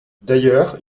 d’ailleurs